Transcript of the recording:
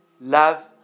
love